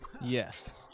Yes